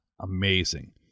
amazing